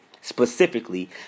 specifically